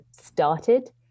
started